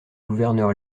gouverneur